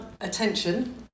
attention